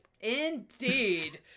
Indeed